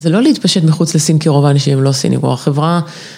זה לא להתפשט מחוץ לסין, כי רוב האנשים לא סינים הוא החברה.